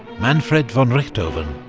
manfred von richthofen,